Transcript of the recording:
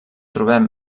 trobem